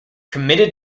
committed